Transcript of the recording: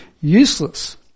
useless